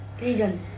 region